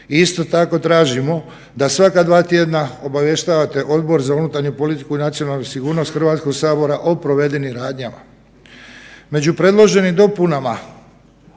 isto tako tražimo da svaka dva tjedna obavještavate Odbor za unutarnju politiku i nacionalnu sigurnost Hrvatskog sabora o provedenim radnjama.